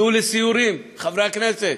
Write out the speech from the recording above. צאו לסיורים, חברי הכנסת,